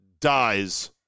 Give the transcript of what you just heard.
dies